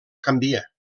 canvia